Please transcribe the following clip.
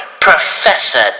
Professor